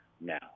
now